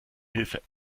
hilfe